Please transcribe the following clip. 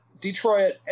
Detroit